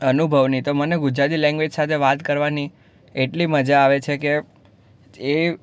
અનુભવની તો મને ગુજરાતી લેંગ્વેજ સાથે વાત કરવાની એટલી મજા આવે છે કે એ